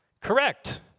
Correct